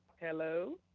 hello.